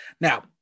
Now